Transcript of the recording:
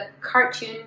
cartoon